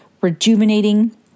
rejuvenating